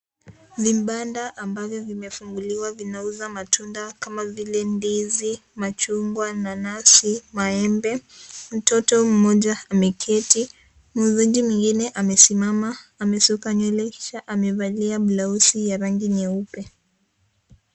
Vibanda ambavyo vimefunguliwa vinauza matunda kama vile ndizi ,machungwa ,nanazi maembe, mtoto mmoja ameketi muuzaji mwingine amesimama ameshuka nywele kisha amevalia blaosi ya rangi nyeupe.